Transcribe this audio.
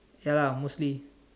ya lah mostly